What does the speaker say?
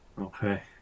okay